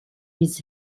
his